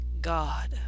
God